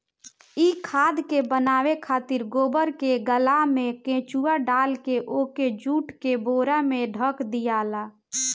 इ खाद के बनावे खातिर गोबर के गल्ला में केचुआ डालके ओके जुट के बोरा से ढक दियाला